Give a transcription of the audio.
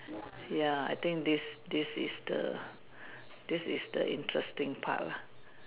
ya I think this this this is the interesting part lah